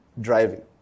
driving